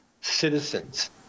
citizens